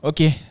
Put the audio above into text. Okay